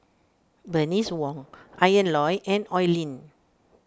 Bernice Wong Ian Loy and Oi Lin